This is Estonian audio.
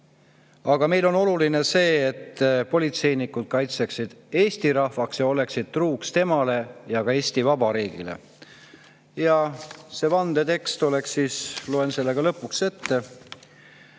Aga oluline on see, et politseinikud kaitseksid Eesti rahvast ning oleksid truud temale ja ka Eesti Vabariigile. See vande tekst oleks siis – loen selle ka lõpuks ette